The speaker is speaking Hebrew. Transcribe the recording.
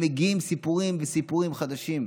מגיעים סיפורים וסיפורים חדשים.